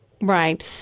Right